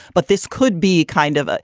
but this could be kind of a,